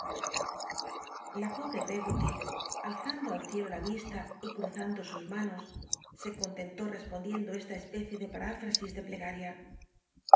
la pobre peggoty alzando al ciclo la isla y cruzando sus manos se contentó respondiendo esta especie de parúfmsis de plegaria